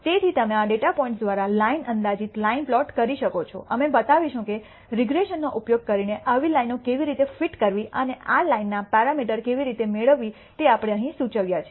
તેથી તમે આ ડેટા પોઇન્ટ્સ દ્વારા લાઇન અંદાજિત લાઇન પ્લોટ કરી શકો છો અમે બતાવીશું કે રીગ્રેસનનો ઉપયોગ કરીને આવી લાઇનો કેવી રીતે ફિટ કરવી અને આ લાઇનના પેરા મીટર્સ કેવી રીતે મેળવવી તે આપણે અહીં સૂચવ્યા છે